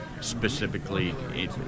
specifically